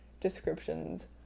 descriptions